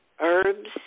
Herbs